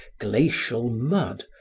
glacial mud,